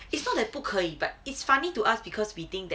it's not that 不可以 but it's funny to ask because we think that